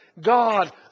God